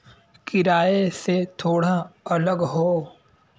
किराए से थोड़ा अलग हौ